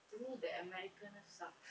to me the americano sucks